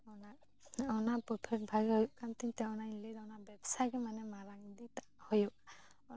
ᱚᱱᱟ ᱯᱨᱚᱯᱷᱤᱴ ᱵᱷᱟᱜᱮ ᱦᱩᱭᱩᱜ ᱠᱟᱱ ᱛᱤᱧ ᱛᱮ ᱚᱱᱟᱧ ᱞᱟᱹᱭᱫᱟ ᱚᱱᱟ ᱵᱮᱵᱥᱟᱜᱮ ᱢᱟᱱᱮᱧ ᱢᱟᱨᱟᱝ ᱤᱫᱤ ᱦᱩᱭᱩᱜᱼᱟ